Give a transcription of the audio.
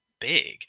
big